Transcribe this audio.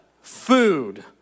Food